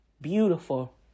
beautiful